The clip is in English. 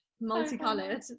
Multicolored